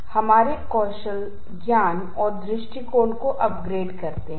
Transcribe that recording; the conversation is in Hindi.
इसलिए आप तीन स्पष्ट कट शब्दों में तनाव के परिणामों के बारे में सोच सकते हैं